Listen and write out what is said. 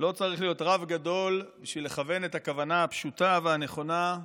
לא צריך להיות רב גדול בשביל לכוון את הכוונה הפשוטה והנכונה,